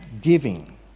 giving